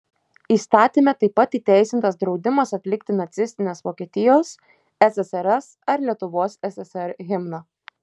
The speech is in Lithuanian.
įstatyme taip pat įteisintas draudimas atlikti nacistinės vokietijos ssrs ar lietuvos ssr himną